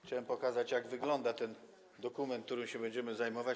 Chciałem pokazać, jak wygląda ten dokument, którym się będziemy zajmować.